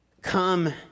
come